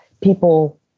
people